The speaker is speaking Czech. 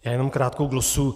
Já jenom krátkou glosu.